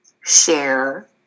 share